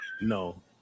No